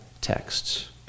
texts